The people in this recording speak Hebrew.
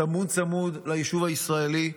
צמוד צמוד ליישוב הישראלי.